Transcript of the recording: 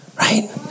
Right